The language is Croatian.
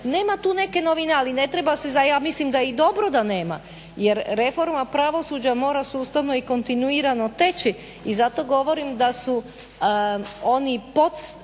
nema tu neke novine, ali ne treba se. Ja mislim da i dobro da nema. Jer reforma pravosuđa mora sustavno i kontinuirano teći i zato govorim da su oni podstrateški